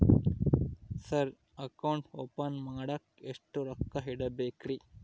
Sir account open ಮಾಡಾಕ ಎಷ್ಟು ರೊಕ್ಕ ಇಡಬೇಕ್ರಿ?